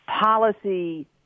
policy